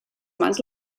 mans